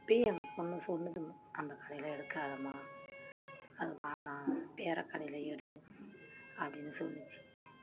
அப்பயே என் பொண்ணு சொன்னுதுங்க அந்த கடையில் எடுக்காதம்மா அது வேணாம் வேற கடையில எடு அப்படின்னு சொன்னுச்சு